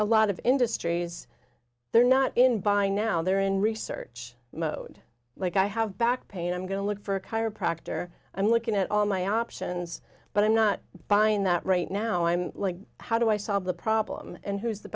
a lot of industries they're not in by now they're in research mode like i have back pain i'm going to look for a chiropractor i'm looking at all my options but i'm not buying that right now i'm like how do i solve the problem and who's the